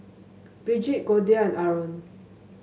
Brigitte Goldia and Arron